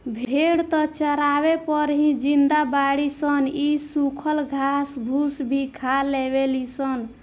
भेड़ त चारवे पर ही जिंदा बाड़ी सन इ सुखल घास फूस भी खा लेवे ली सन